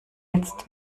jetzt